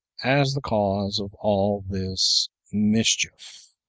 as the cause of all this mischief.